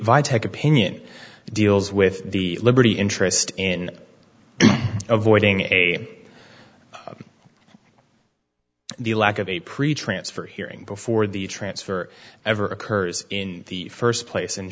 vi tech opinion deals with the liberty interest in avoiding a the lack of a pre transfer hearing before the transfer ever occurs in the first place and